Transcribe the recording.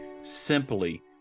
simply